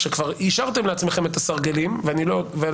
שכבר יישרתם לעצמכם את הסרגלים ואת